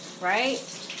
right